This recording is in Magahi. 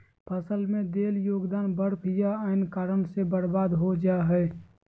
फसल में देल योगदान बर्फ या अन्य कारन से बर्बाद हो जा हइ